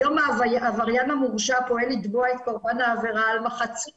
היום העבריין המורשע פועל לתבוע את קורבן העבירה על מחצית